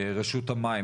רשות המים,